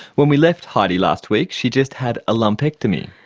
when we left heidi last week, she just had a lumpectomy.